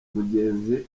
mugenzi